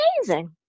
amazing